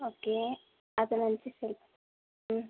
okay அதை நினச்சி ம்